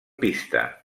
pista